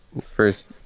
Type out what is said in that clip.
first